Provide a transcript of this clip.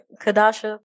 Kadasha